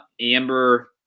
Amber